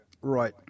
right